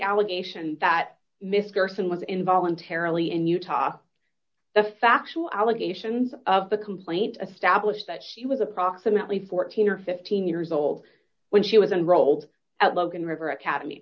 allegation that mr finn was in voluntarily in utah the factual allegations of the complaint stablish that she was approximately fourteen or fifteen years old when she was enrolled at logan river academy